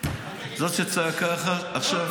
זאת שצעקה עכשיו.